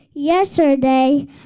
yesterday